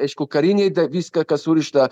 aišku kariniai viską kas surišta